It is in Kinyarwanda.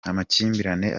amakimbirane